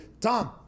Tom